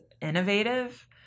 innovative